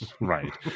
right